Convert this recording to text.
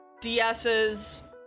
ds's